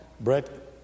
Brett